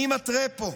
אני מתרה פה: